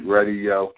Radio